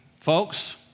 folks